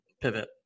pivot